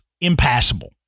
impassable